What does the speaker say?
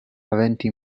aventi